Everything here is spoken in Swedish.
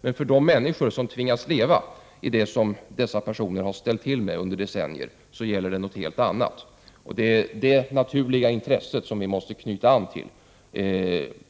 Men för de människor som tvingas leva i det som dessa personer har ställt till med under decennier gäller något helt annat. Det är detta naturliga intresse som vi måste knyta an till